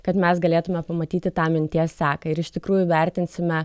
kad mes galėtume pamatyti tą minties seką ir iš tikrųjų vertinsime